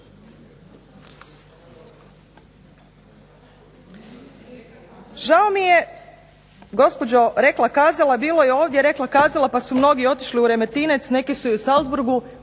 Žao mi je gospođo rekla-kazala bilo je ovdje rekla-kazala pa su mnogi otišli u Remetinec, neki su i u Salzburgu